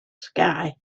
sky